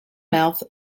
mouth